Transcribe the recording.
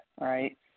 right